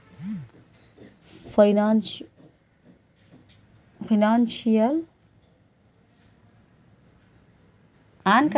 financial risk ನಿಂದ ರಕ್ಷಿಸಲು business policy ತಕ್ಕೋಬೇಕು